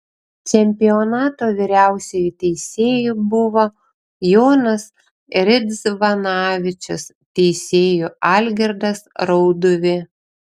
čempionato vyriausiuoju teisėju buvo jonas ridzvanavičius teisėju algirdas rauduvė